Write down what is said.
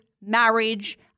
marriage